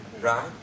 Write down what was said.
Right